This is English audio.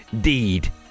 Deed